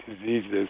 diseases